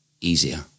easier